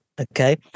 Okay